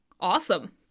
awesome